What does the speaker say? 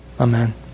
amen